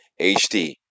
hd